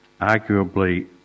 arguably